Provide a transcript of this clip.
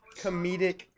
comedic